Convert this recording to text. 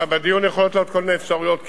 בדיון יכולות לעלות כל מיני אפשרויות,